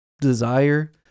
desire